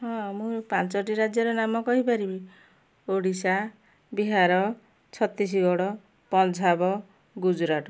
ହଁ ମୁଁ ପାଞ୍ଚଟି ରାଜ୍ୟର ନାମ କହିପାରିବି ଓଡ଼ିଶା ବିହାର ଛତିଶଗଡ଼ ପଞ୍ଝାବ ଗୁଜୁରାଟ